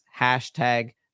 hashtag